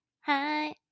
Hi